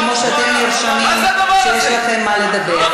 כמו שאתם נרשמים כשיש לכם מה לדבר.